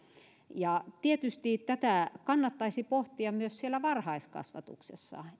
ja tietysti tätä kannattaisi pohtia myös siellä varhaiskasvatuksessa